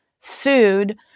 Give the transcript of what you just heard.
sued